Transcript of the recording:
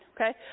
okay